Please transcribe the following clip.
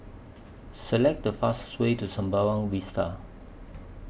Select The fastest Way to Sembawang Vista